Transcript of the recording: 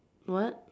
what